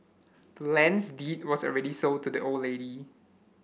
land's deed was already sold to the old lady